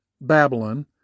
Babylon